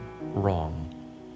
wrong